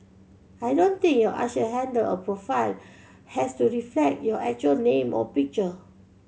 I don't think your usher handle or profile has to reflect your actual name or picture